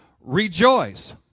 rejoice